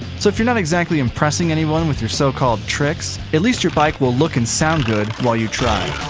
so if you're not exactly impressing anyone with your so-called tricks, at least your bike will look and sound good while you try.